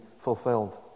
fulfilled